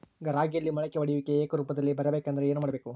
ರಾಗಿಯಲ್ಲಿ ಮೊಳಕೆ ಒಡೆಯುವಿಕೆ ಏಕರೂಪದಲ್ಲಿ ಇರಬೇಕೆಂದರೆ ಏನು ಮಾಡಬೇಕು?